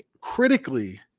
critically